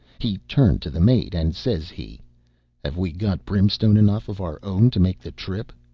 he turned to the mate, and says he have we got brimstone enough of our own to make the trip?